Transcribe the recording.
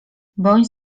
bądź